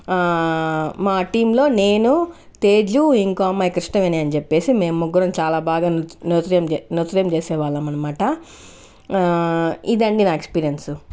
మా టీంలో నేను తేజు ఇంకో అమ్మాయి కృష్ణవేణి అని చెప్పేసి మేము ముగ్గురం చాలా బాగా నృ నృత్యం చే నృత్యం చేసే వాళ్ళం అనమాట ఇదండీ నా ఎక్స్పీరియన్స్